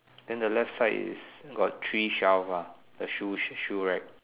then the left side is got three shelve ah the shoe sh~ shoe rack